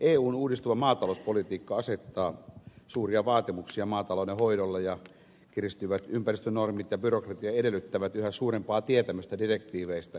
eun uudistuva maatalouspolitiikka asettaa suuria vaatimuksia maatalouden hoidolle ja kiristyvät ympäristönormit ja byrokratia edellyttävät yhä suurempaa tietämystä direktiiveistä